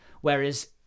whereas